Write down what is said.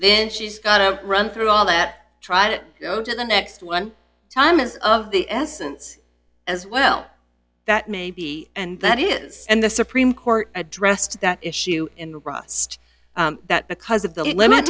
then she's got to run through all that try to go to the next one time is of the essence as well that maybe and that is and the supreme court addressed that issue in the broadcast that because of the limit